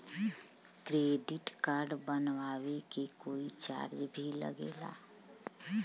Credit card बनवावे के कोई चार्ज भी लागेला?